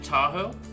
Tahoe